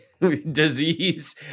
disease